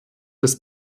des